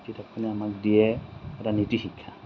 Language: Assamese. কিতাপখনে আমাক দিয়ে এটা নীতিশিক্ষা